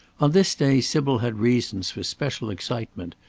on this day sybil had reasons for special excitement.